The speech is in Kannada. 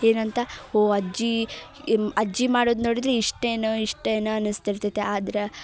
ಏನಂತ ಓ ಅಜ್ಜಿ ಇಮ್ ಅಜ್ಜಿ ಮಾಡೋದು ನೋಡಿದರೆ ಇಷ್ಟೇನೋ ಇಷ್ಟೇನೋ ಅನಿಸ್ತಿರ್ತೈತಿ ಆದ್ರೆ